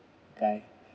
guy